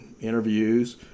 interviews